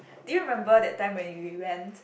do you remember that time when we went